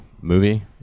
movie